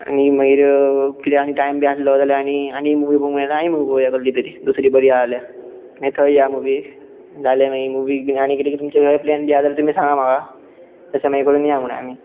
आनी मागीर कितें आनी टायम बी आसलो जाल्यार आनी आनीक मुवी पळोवंक मेळटा आनीक मुवी पळोवया कसली तरी दुसरी बरी आसा जाल्यार मागीर थंय या मुवीक जाल्यार मागीर मुवीक बी आनी किदें तुमचें कडेन प्लेन बीन आसा जाल्यार तुमी सांगा म्हाका तशें मागीर करून या म्हणून आमी